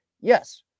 Yes